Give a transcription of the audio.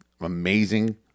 amazing